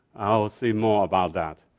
i'll say more about that.